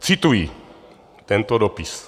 Cituji tento dopis.